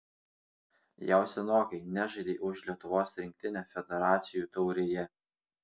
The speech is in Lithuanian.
jau senokai nežaidei už lietuvos rinktinę federacijų taurėje